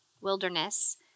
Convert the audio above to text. wilderness